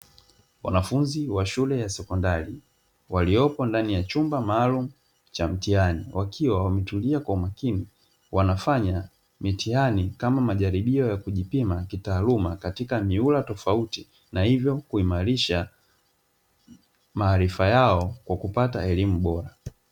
Wanafunzi wa shule ya sekondari waliopo ndani ya chumba cha mitihani